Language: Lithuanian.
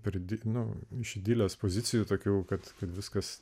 piridino iš idilės pozicijų tokių kad kad viskas